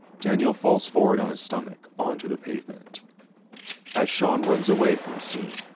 danny falls forward on his stomach onto the pavement as sean runs away from the scene.